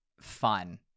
fun